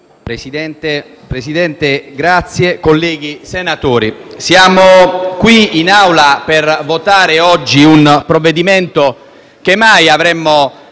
Presidente, colleghi senatori, oggi siamo qui in Aula per votare un provvedimento che mai avremmo